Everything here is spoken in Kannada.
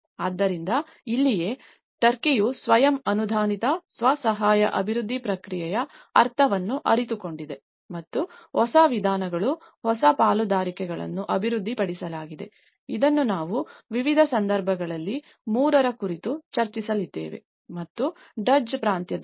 ಆದ್ದರಿಂದ ಇಲ್ಲಿಯೇ ಟರ್ಕಿಯು ಸ್ವಯಂ ಅನುಮೋದಿತ ಸ್ವ ಸಹಾಯ ಅಭಿವೃದ್ಧಿ ಪ್ರಕ್ರಿಯೆಯ ಅರ್ಥವನ್ನು ಅರಿತುಕೊಂಡಿದೆ ಮತ್ತು ಹೊಸ ವಿಧಾನಗಳು ಹೊಸ ಪಾಲುದಾರಿಕೆಗಳನ್ನು ಅಭಿವೃದ್ಧಿಪಡಿಸಲಾಗಿದೆ ಇದನ್ನು ನಾವು ವಿವಿಧ ಸಂದರ್ಭಗಳಲ್ಲಿ 3ರ ಕುರಿತು ಚರ್ಚಿಸಲಿದ್ದೇವೆ ಮತ್ತು ಡಜ್ ಪ್ರಾಂತ್ಯದಲ್ಲಿ